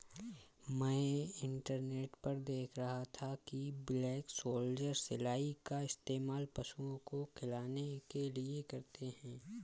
मैं इंटरनेट पर देख रहा था कि ब्लैक सोल्जर सिलाई का इस्तेमाल पशुओं को खिलाने के लिए करते हैं